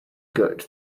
good